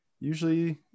usually